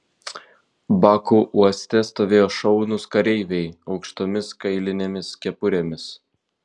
baku uoste stovėjo šaunūs kareiviai aukštomis kailinėmis kepurėmis